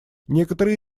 некоторые